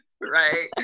right